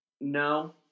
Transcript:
no